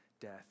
death